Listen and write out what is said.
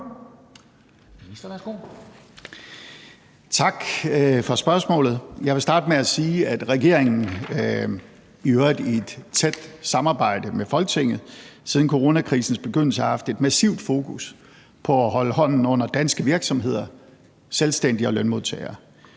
Tak for spørgsmålet. Jeg vil starte med at sige, at regeringen, i øvrigt i et tæt samarbejde med Folketinget, siden coronakrisens begyndelse har haft et massivt fokus på at holde hånden under danske virksomheder, selvstændige og lønmodtagere.